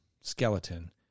skeleton